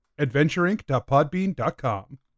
Adventureinc.podbean.com